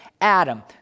Adam